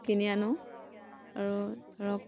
কিনি আনোঁ আৰু ধৰক